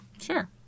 Sure